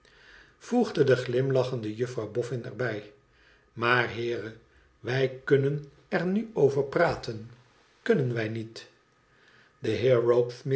voegde de glimlachende juffrouw bofhn er bij maar heere wij kunnen er nu over praten kunnen wij niet de